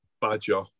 badger